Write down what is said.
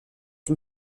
dem